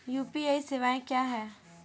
UPI सवायें क्या हैं?